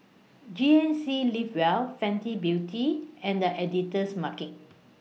G N C Live Well Fenty Beauty and The Editor's Market